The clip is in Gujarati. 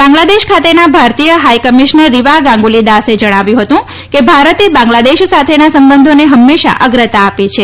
બાંગ્લાદેશ ખાતેના ભારતીય હાઇ કમિશનર રીવા ગાંગુલી દાસે જણાવ્યું હતું કે ભારતે બાંગ્લાદેશ સાથેના સંબંધોને હંમેશા અગ્રતા આપી છે